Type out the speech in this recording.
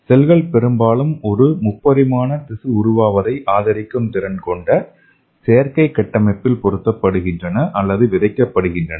செல்கள் பெரும்பாலும் ஒரு முப்பரிமாண திசு உருவாவதை ஆதரிக்கும் திறன் கொண்ட செயற்கை கட்டமைப்பில் பொருத்தப்படுகின்றன அல்லது விதைக்கப்படுகின்றன